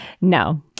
No